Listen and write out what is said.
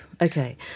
Okay